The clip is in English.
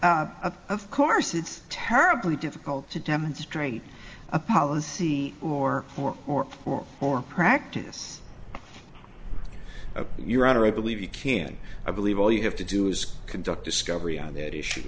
of course it's terribly difficult to demonstrate a policy or or or or or practice of your honor i believe you can i believe all you have to do is conduct discovery on that issue